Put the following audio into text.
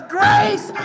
grace